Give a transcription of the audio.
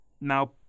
now